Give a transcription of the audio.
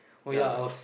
ya is